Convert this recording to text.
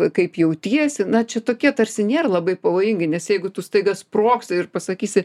kaip jautiesi na čia tokie tarsi nėr labai pavojingi nes jeigu tu staiga sprogsi ir pasakysi